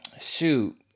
shoot